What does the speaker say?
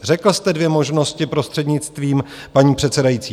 Řekl jste dvě možnosti, prostřednictvím paní předsedající.